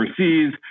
overseas